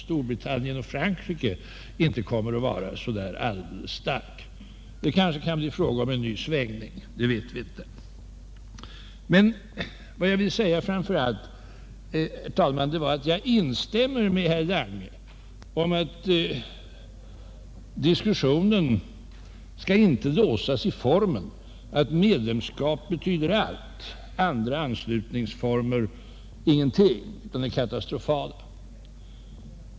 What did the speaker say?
Storbritannien och Frankrike inte kommer att vara särdeles stark. Det kanske kan bli fråga om en ny svängning. Det vet vi inte. Vad jag framför allt vill säga, herr talman, är att jag instämmer med Allmänpolitisk debatt Allmänpolitisk debatt 50 herr Lange om att diskussionen inte skall låsas i formeln att medlemskap betyder allt, andra anslutningsformer ingenting, att de är katastrofala.